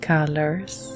colors